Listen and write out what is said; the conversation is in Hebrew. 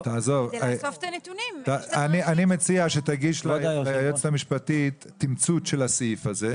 אני מציע שתגיש ליועצת המשפטית תמצות של הסעיף הזה.